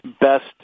best